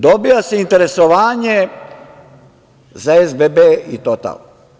Dobija se interesovanje za SBB i "Total"